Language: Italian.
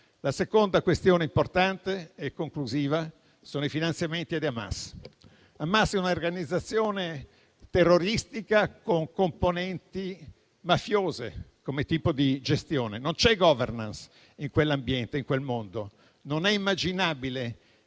La seconda questione importante e conclusiva sono i finanziamenti ad Hamas, organizzazione terroristica con componenti mafiose, come tipo di gestione. Non c'è *governance* in quel mondo, per cui non è immaginabile